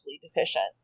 deficient